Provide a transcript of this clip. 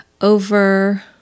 over